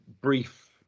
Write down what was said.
brief